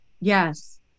Yes